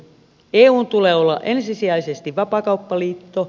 eun tulee olla ensisijaisesti vapaakauppaliitto